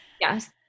Yes